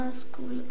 school